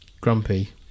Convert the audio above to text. grumpy